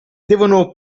devono